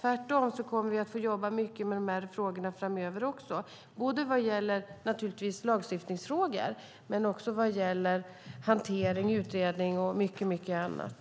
Tvärtom kommer vi att få jobba mycket med dessa frågor framöver vad gäller såväl lagstiftning som hantering, utredning och mycket annat.